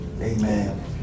Amen